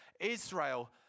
Israel